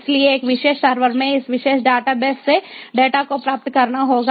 इसलिए एक विशेष सर्वर में इस विशेष डेटाबेस से डेटा को प्राप्त करना होगा